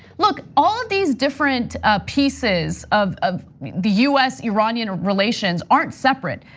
look, all of these different pieces of of the us iranian relations aren't separate.